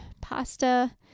pasta